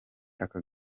aka